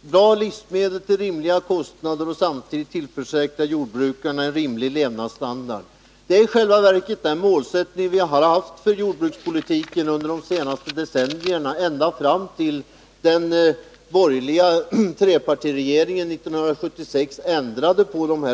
bra livsmedel till rimliga kostnader och samtidigt tillförsäkra jordbrukarna en rimlig levnadsstandard. Det är i själva verket den målsättning vi haft för jordbrukspolitiken under de senaste decennierna — ända fram till att den borgerliga trepartiregeringen år 1976 ändrade den.